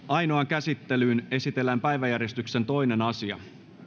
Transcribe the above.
ainoaan käsittelyyn esitellään päiväjärjestyksen toinen asia